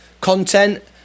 content